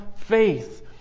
faith